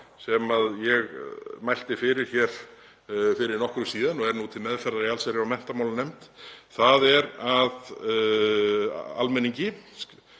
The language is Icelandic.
sem ég mælti fyrir fyrir nokkru síðan og er nú til meðferðar í allsherjar- og menntamálanefnd. Hún er að almenningi,